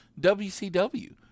WCW